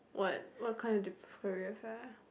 what what kind of dep~ career fair